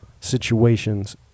situations